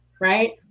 Right